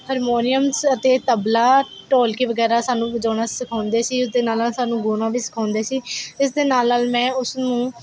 harmoniums ਅਤੇ ਤਬਲਾ ਢੋਲਕੀ ਵਗੈਰਾ ਸਾਨੂੰ ਵਜਾਉਣਾ ਸਿਖਾਉਂਦੇ ਸੀ ਉਸ ਦੇ ਨਾਲ ਨਾਲ ਸਾਨੂੰ ਗਾਉਣਾ ਵੀ ਸਿਖਾਉਂਦੇ ਸੀ ਇਸ ਦੇ ਨਾਲ ਨਾਲ ਮੈਂ ਉਸ ਨੂੰ